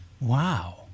Wow